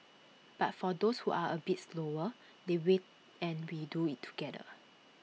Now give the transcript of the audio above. but for those who are A bit slower they wait and we do IT together